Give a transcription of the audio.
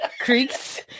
Creeks